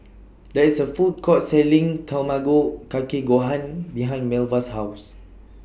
There IS A Food Court Selling Tamago Kake Gohan behind Melva's House